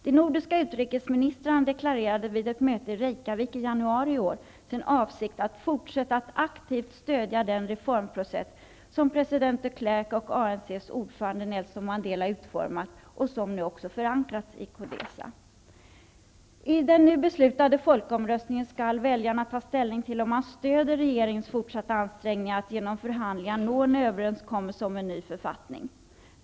De nordiska utrikesministrarna deklarerade vid ett möte i Reykjavik i januari i år sin avsikt att fortsätta att aktivt stödja den reformprocess som president de Klerk och ANC:s ordförande Nelson Mandela utformat och som nu också förankrats i CODESA. I den nu beslutade folkomröstningen skall väljarna ta ställning till om man stödjer regeringens fortsatta ansträngningar att genom förhandlingar nå en överenskommelse om en ny författning.